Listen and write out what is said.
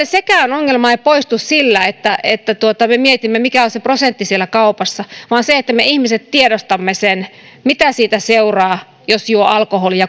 sekään ongelma ei poistu sillä että että me mietimme mikä on se prosentti siellä kaupassa vaan sillä että me ihmiset tiedostamme sen mitä siitä seuraa jos juo alkoholia